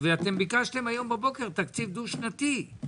אתם ביקשתם היום בבוקר תקציב דו שנתי,